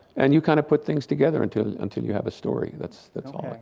and you kind of put things together until until you have a story, that's that's all. okay,